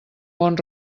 bon